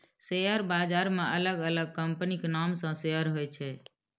share बाजार मे अलग अलग कंपनीक नाम सं शेयर होइ छै